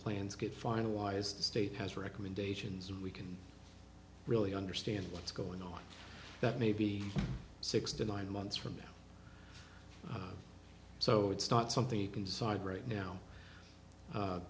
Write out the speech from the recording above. plans get finalized the state has recommendations and we can really understand what's going on that may be six to nine months from now so it's not something you can decide right now